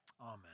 Amen